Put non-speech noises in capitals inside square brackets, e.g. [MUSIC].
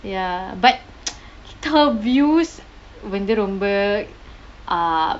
ya but [NOISE] her views வந்து ரொம்ப:vanthu romba ah